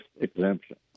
exemption